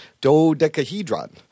dodecahedron